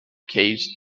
keys